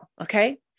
okay